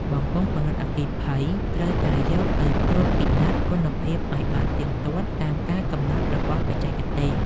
បំពង់ពន្លត់អគ្គិភ័យត្រូវតែយកទៅត្រួតពិនិត្យគុណភាពឱ្យបានទៀងទាត់តាមការកំណត់របស់បច្ចេកទេស។